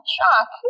Shock